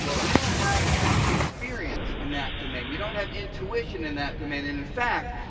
we don't have experience in that domain. we don't have intuition in that domain. and in fact,